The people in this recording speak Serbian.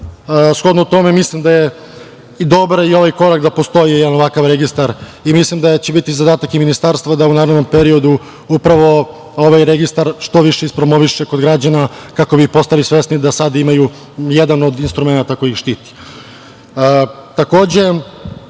shodno tome mislim da je dobar i ovaj korak da postoji ovakav registar. Mislim da će zadatak ministarstva biti da u narednom periodu upravo ovaj registar što više ispromoviše kod građana kako bi postali svesni da sad imaju jedan od instrumenata koji ih štiti. Ono